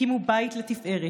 הקימו בית לתפארת,